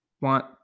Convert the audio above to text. want